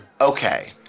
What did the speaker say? Okay